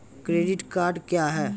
Credit card क्या हैं?